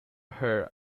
her